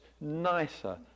nicer